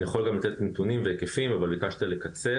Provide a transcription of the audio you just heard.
אני יכול גם לתת נתונים והיקפים אבל ביקשת לקצר.